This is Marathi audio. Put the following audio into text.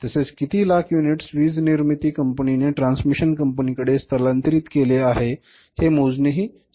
तसेच किती लाख युनिट्स वीज निर्मिती कंपनी ने ट्रान्समिशन कंपनी कडे स्थलांतरित केले हे मोजणे हि सहज शक्य आहे